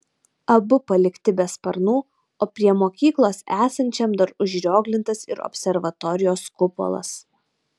abu palikti be sparnų o prie mokyklos esančiam dar užrioglintas ir observatorijos kupolas